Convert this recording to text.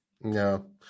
No